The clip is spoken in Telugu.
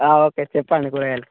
ఓకే చెప్పండి కూరగాయలు